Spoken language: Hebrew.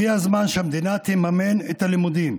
הגיע הזמן שהמדינה תממן את הלימודים.